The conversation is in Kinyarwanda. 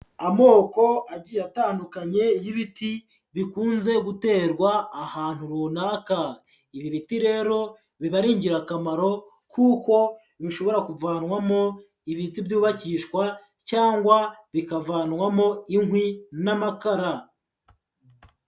Amoko agiye atandukanye y'ibiti bikunze guterwa ahantu runaka. Ibi biti rero biba ari ingirakamaro kuko bishobora kuvanwamo ibiti byubakishwa cyangwa bikavanwamo inkwi n'amakara.